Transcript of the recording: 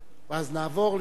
ואז נעבור ליום הסטודנט.